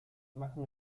machen